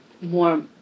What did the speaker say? more